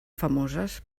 famoses